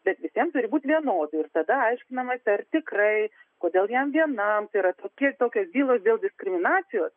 bet visiem turi būti vienodi ir tada aiškinamasi ar tikrai kodėl jam vienam tai yra tokie tokios bylos dėl diskriminacijos